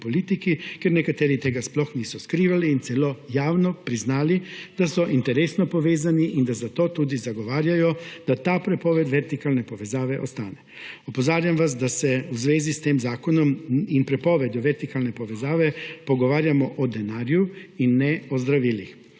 ker nekateri tega sploh niso skrivali in celo javno priznali, da so interesno povezani in da zato tudi zagovarjajo, da ta prepoved vertikalne povezave ostane. Opozarjam vas, da se v zvezi s tem zakonom in prepovedjo vertikalne povezave pogovarjamo o denarju in ne o zdravilih.